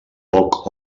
poc